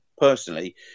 personally